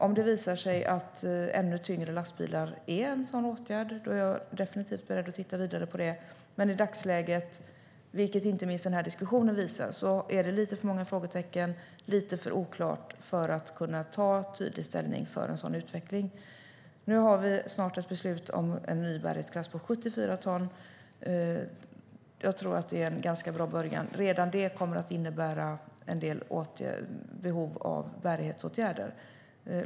Om det visar sig att ännu tyngre lastbilar är en sådan åtgärd är jag definitivt beredd att titta vidare på det. Men i dagsläget, vilket inte minst vår diskussion visar, är det lite för många frågetecken och lite för oklart för att kunna ta tydlig ställning för en sådan utveckling. Vi har snart ett beslut om en ny bärighetsgräns på 74 ton. Jag tror att det är en bra början. Redan det kommer att innebära ett behov av bärighetsåtgärder.